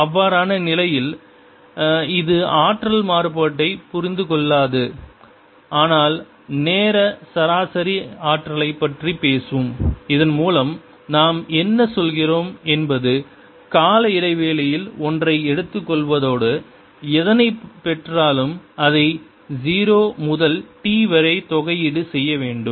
அவ்வாறான நிலையில் இது ஆற்றல் மாறுபாட்டைப் புரிந்து கொள்ளாது ஆனால் நேர சராசரி ஆற்றலைப் பற்றிப் பேசும் இதன் மூலம் நாம் என்ன சொல்கிறோம் என்பது கால இடைவெளியில் ஒன்றை எடுத்துக் கொள்வதோடு எதனை பெற்றாலும் அதை 0 முதல் t வரை தொகையீடு செய்யவேண்டும்